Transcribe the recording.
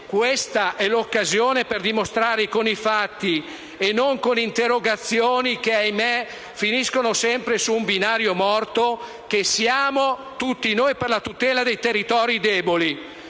questa è l'occasione per dimostrare, con i fatti e non con interrogazioni - che, ahimé, finiscono sempre su un binario morto - che siamo tutti per la tutela dei territori deboli.